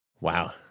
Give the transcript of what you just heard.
Wow